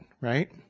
right